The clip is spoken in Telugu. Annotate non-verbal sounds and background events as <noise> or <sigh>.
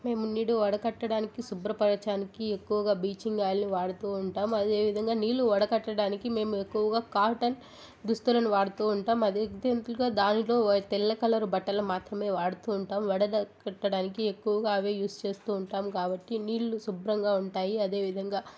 మేము నీడు వడకట్టడానికి శుభ్రపరచడానికి ఎక్కువగా బ్లీచింగ్ ఆయిల్ని వాడుతూ ఉంటాం అదేవిధంగా నీళ్లు వడకట్టడానికి మేము ఎక్కువగా కాటన్ దుస్తులను వాడుతూ ఉంటాం అది <unintelligible> దాంట్లో తెల్ల కలర్ బట్టలు మాత్రమే వాడుతూ ఉంటాం వడ కట్టడానికి ఎక్కువగా అవే యూస్ చేస్తూ ఉంటాం కాబట్టి నీళ్లు శుభ్రంగా ఉంటాయి అదేవిధంగా